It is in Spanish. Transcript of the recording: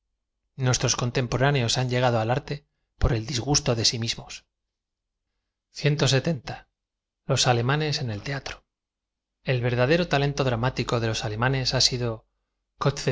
nuestros contemporáneos han llegado al arte por el disgusto de si mismo os alemanes en el teatro el verdadero talento dramático de los alemanes ha sido